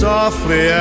Softly